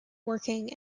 working